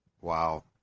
Wow